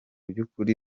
by’ukuri